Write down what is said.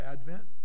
Advent